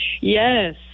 Yes